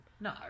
No